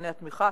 מבחני התמיכה